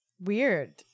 Weird